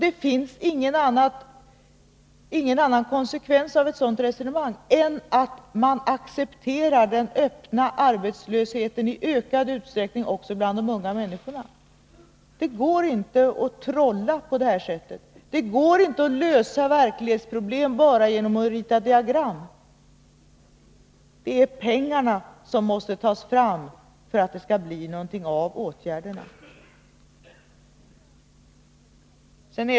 Det finns ingen annan konsekvens av det resonemang som moderaterna för än att de i ökad utsträckning accepterar den öppna arbetslösheten också bland de unga människorna. Det går inte att trolla på det här området. Det går inte att lösa verklighetsproblem bara genom att rita diagram. Det är pengar som måste tas fram för att det skall bli någonting av med åtgärderna.